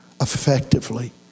effectively